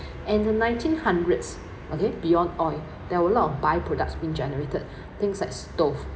and the nineteen hundreds okay beyond oil there were lot of byproducts being generated things like stove